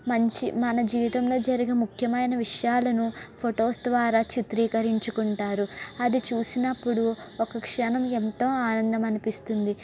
మంచి మన జీవితంలో జరిగే ముఖ్యమైన విషయాలను ఫోటోస్ ద్వారా చిత్రీకరించుకుంటారు అది చూసినప్పుడు ఒక్క క్షణం ఎంతో ఆనందము అనిపిస్తుంది